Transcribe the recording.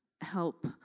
help